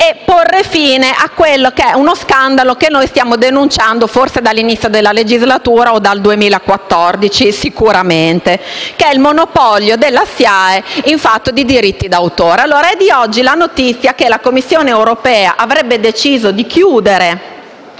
e porre fine allo scandalo che noi stiamo denunciando forse dall'inizio della legislatura o dal 2014. Mi riferisco al monopolio della SIAE in fatto di diritti d'autore. È di oggi la notizia che la Commissione europea avrebbe deciso - ma anche